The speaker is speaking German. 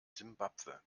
simbabwe